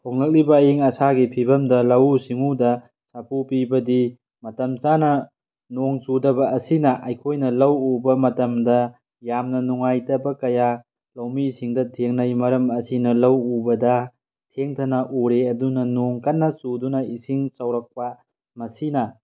ꯍꯣꯡꯂꯛꯂꯤꯕ ꯑꯏꯪ ꯑꯁꯥꯒꯤ ꯐꯤꯕꯝꯗ ꯂꯧꯎ ꯁꯤꯡꯎꯗ ꯁꯥꯐꯨ ꯄꯤꯕꯗꯤ ꯃꯇꯝ ꯆꯥꯅ ꯅꯣꯡ ꯆꯨꯗꯕ ꯑꯁꯤꯅ ꯑꯩꯈꯣꯏꯅ ꯂꯧ ꯎꯕ ꯃꯇꯝꯗ ꯌꯥꯝꯅ ꯅꯨꯡꯉꯥꯏꯇꯕ ꯀꯌꯥ ꯂꯧꯃꯤꯁꯤꯡꯗ ꯊꯦꯡꯅꯩ ꯃꯔꯝ ꯑꯁꯤꯅ ꯂꯧ ꯎꯕꯗ ꯊꯦꯡꯊꯟꯅ ꯎꯔꯦ ꯑꯗꯨꯅ ꯅꯣꯡ ꯀꯟꯅ ꯆꯨꯗꯨꯅ ꯏꯁꯤꯡ ꯆꯥꯎꯔꯛꯄ ꯑꯁꯤꯅ